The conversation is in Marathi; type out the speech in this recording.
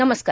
नमस्कार